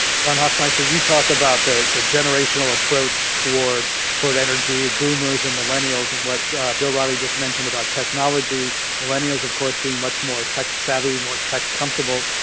john, hofmeister you talk about the the generational approach toward toward energy boomers and millennials and what bill riley just mentioned about technology millennials, of course being much more tech savvy more tech comfortable.